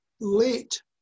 late